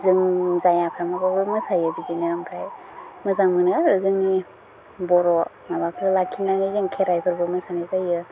जों जाया फ्रामाबाबो मोसायो बिदिनो ओमफ्राय मोजां मोनो आरो जोंनि बर' माबाखौ लाखिनानै जों खेराइफोरबो मोसानाय जायो